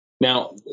Now